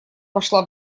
пошла